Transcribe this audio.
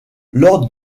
lors